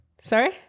Sorry